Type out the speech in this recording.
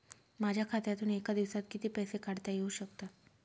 माझ्या खात्यातून एका दिवसात किती पैसे काढता येऊ शकतात?